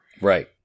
Right